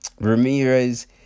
Ramirez